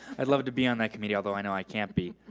i'd love to be on that committee although i know i can't be.